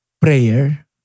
prayer